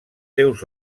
seus